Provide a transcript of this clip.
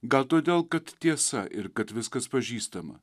gal todėl kad tiesa ir kad viskas pažįstama